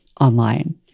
online